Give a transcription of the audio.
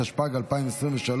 התשפ"ג 2023,